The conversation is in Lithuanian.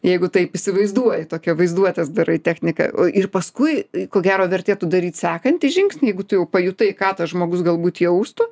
jeigu taip įsivaizduoji tokią vaizduotės darai techniką ir paskui ko gero vertėtų daryt sekantį žingsnį jeigu tu pajutai ką tas žmogus galbūt jaustų